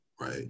right